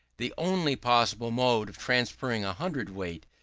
the only possible mode of transferring a hundred-weight,